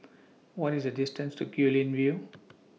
What IS The distance to Guilin View